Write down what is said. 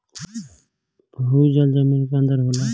भूजल जमीन के अंदर होला